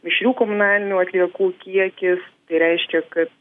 mišrių komunalinių atliekų kiekis tai reiškia kad